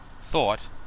thought